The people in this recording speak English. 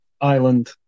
island